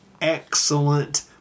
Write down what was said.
excellent